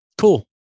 Cool